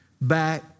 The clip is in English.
back